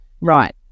Right